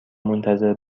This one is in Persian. منتظر